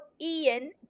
Ian